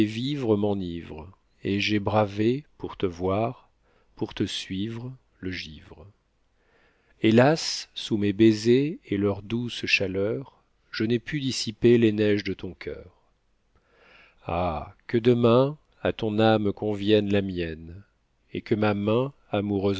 vivre m'enivre et j'ai bravé pour te voir pour te suivre le givre hélas sous mes baisers et leur douce chaleur je n'ai pu dissiper les neiges de ton coeur ah que demain à ton âme convienne la mienne et que ma main